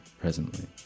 presently